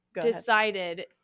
Decided